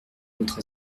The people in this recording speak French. autres